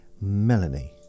Melanie